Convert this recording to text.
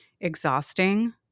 exhausting